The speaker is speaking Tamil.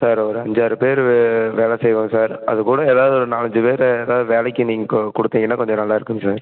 சார் ஒரு அஞ்சாறு பேர் வே வேல செய்வோங்க சார் அது கூட ஏதாவுது ஒரு நாலஞ்சு பேர் யாராவது வேலைக்கு நீங்கள் கு கொடுத்திங்கனா கொஞ்சம் நல்லா இருக்கும் சார்